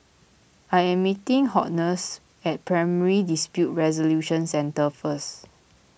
I am meeting Hortense at Primary Dispute Resolution Centre first